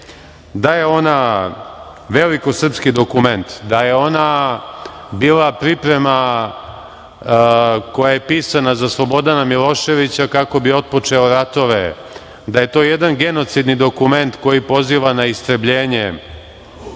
da je ona velikosrpski dokument, da je ona bila priprema koja je pisana za Slobodana Miloševića kako bi otpočeo ratove, da je to jedan genocidni dokument koji poziva na istrebljenje